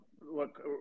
look